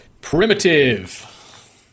Primitive